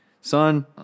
Son